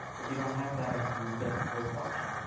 but you don't have that until you get the first option,